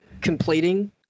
completing